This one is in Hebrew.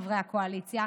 חברי הקואליציה,